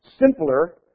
simpler